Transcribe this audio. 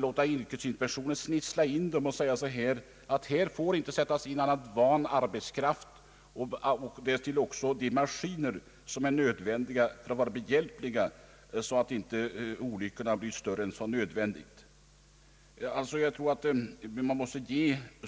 låta yrkesinspektionen snitsla in farliga områden och föreskriva att där inte får sättas in annat än van arbetskraft och därtill de maskiner som erfordras för att minska olycksriskerna.